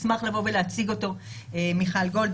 מיכל גולד,